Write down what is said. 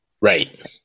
right